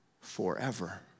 forever